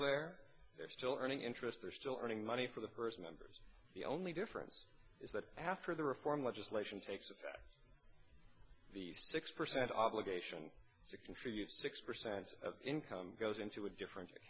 there they're still earning interest they're still earning money for the person members the only difference is that after the reform legislation takes effect the six percent obligation to contribute six percent of income goes into a different